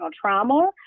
trauma